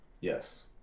Yes